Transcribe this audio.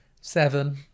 seven